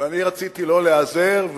רציתי לא להיעזר.